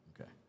Okay